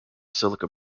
silica